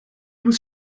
was